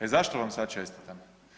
E zašto vam sad čestitam?